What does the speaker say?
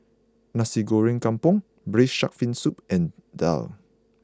Nasi Goreng Kampung Braised Shark Fin Soup and Daal